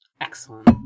excellent